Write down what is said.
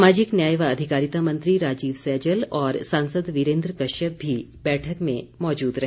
सामाजिक न्याय व अधिकारिता मंत्री राजीव सैजल और सांसद वीरेन्द्र कश्यप भी बैठक में मौजूद रहे